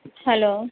hello